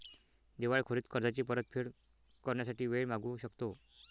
दिवाळखोरीत कर्जाची परतफेड करण्यासाठी वेळ मागू शकतो